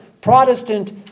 Protestant